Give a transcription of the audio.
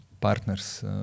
partners